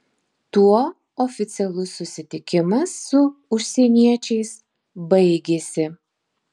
tuo oficialus susitikimas su užsieniečiais baigėsi